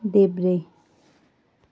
देब्रे